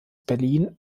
berlin